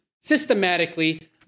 systematically